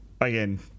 again